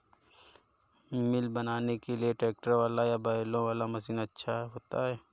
सिल बनाने के लिए ट्रैक्टर वाला या बैलों वाला मशीन अच्छा होता है?